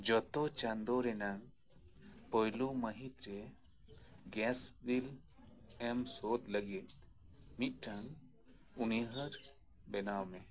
ᱡᱚᱛᱚ ᱪᱟᱸᱫᱳ ᱨᱮᱱᱟᱜ ᱯᱳᱭᱞᱚ ᱢᱟᱹᱦᱤᱫ ᱨᱮ ᱜᱮᱥᱵᱤᱞ ᱮᱢ ᱥᱳᱫᱷ ᱞᱟᱹᱜᱤᱫ ᱢᱤᱫᱴᱟᱝ ᱩᱱᱩᱭᱦᱟᱹᱨ ᱵᱮᱱᱟᱣ ᱢᱮ